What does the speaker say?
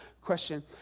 question